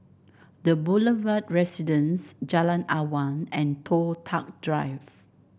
The Boulevard Residence Jalan Awang and Toh Tuck Drive